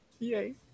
Yay